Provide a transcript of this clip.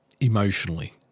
emotionally